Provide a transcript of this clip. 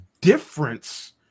difference